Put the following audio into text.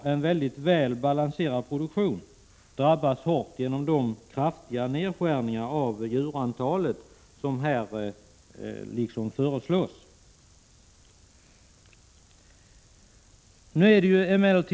Bönder som har en väl balanserad produktion kommer att drabbas hårt av de kraftiga nedskärningar av antalet djur som föreslås.